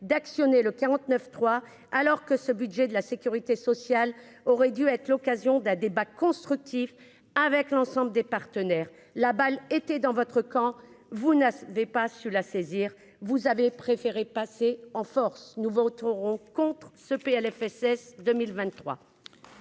d'actionner le 49 3 alors que ce budget de la Sécurité sociale, aurait dû être l'occasion d'un débat constructif avec l'ensemble des partenaires, la balle était dans votre camp, vous n'avez pas su la saisir, vous avez préféré passer en force, nous voterons contre ce PLFSS 2023.